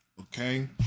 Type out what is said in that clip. Okay